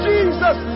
Jesus